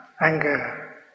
anger